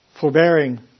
forbearing